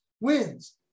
wins